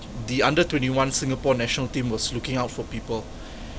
the under twenty one singapore national team was looking out for people